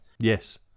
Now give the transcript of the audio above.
Yes